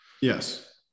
Yes